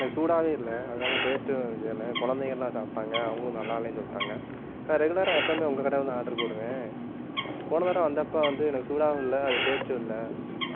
எனக்கு சூடாகவே இல்லை அதனால் டேஸ்ட்டும் இதில் கொழந்தைங்கெல்லாம் சாப்பிட்டாங்க அவங்களும் நல்லா இல்லைன்னு சொல்லிட்டாங்க நான் ரெகுலராக எப்போவுமே உங்கள் கடையில் தான் ஆர்டர் போடுவேன் போன தடவை வந்தப்போ வந்து எனக்கு சூடாகவும் இல்லை அது டேஸ்ட்டும் இல்லை